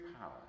power